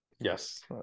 Yes